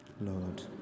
Lord